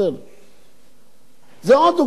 זו עוד דוגמה, ואני יכול פה למנות כמה דוגמאות.